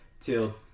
till